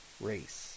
race